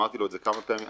ואמרתי לו את זה כמה פעמים,